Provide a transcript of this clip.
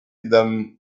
them